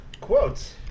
quotes